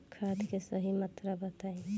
खाद के सही मात्रा बताई?